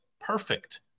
perfect